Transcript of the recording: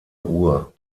uhr